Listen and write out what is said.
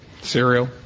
cereal